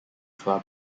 club